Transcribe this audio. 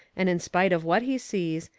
and in spite of what he sees,